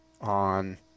on